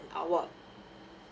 hour